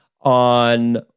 on